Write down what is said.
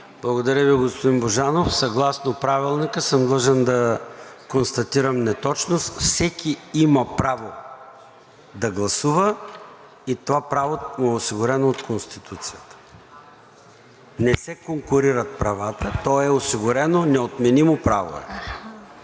Благодаря Ви, господин Божанов. Съгласно Правилника съм длъжен да констатирам неточност. Всеки има право да гласува и това право му е осигурено от Конституцията. Не се конкурират правата, то е осигурено, неотменимо право е.